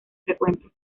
frecuentes